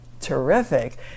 terrific